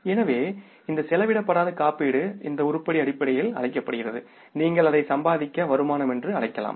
எனவே இந்த செலவிடப்படாத காப்பீடு இந்த உருப்படி அடிப்படையில் அழைக்கப்படுகிறது நீங்கள் அதை சம்பாதித்த வருமானம் என்று அழைக்கலாம்